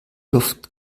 luft